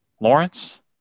Lawrence